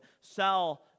sell